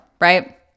right